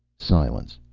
silence.